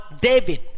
David